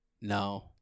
No